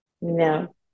No